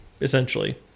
essentially